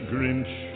Grinch